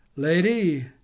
Lady